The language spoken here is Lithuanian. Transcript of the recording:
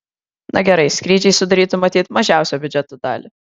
na gerai skrydžiai sudarytų matyt mažiausią biudžeto dalį